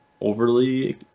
overly